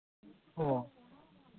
ᱚ